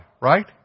right